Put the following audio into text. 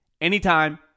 anytime